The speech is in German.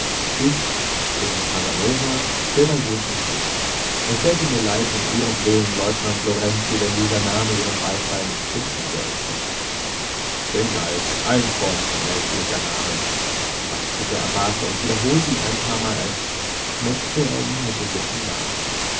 ich bin casanova chevalier von seingalt es täte mir leid um ihretwillen leutnant lorenzi wenn dieser name ihren beifall nicht finden sollte seingalt ein vortrefflicher name sagte der abbate und wiederholte ihn ein paarmal als schmeckte er ihn mit den lippen nach